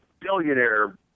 billionaire